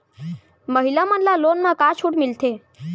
महिला मन ला लोन मा का छूट मिलथे?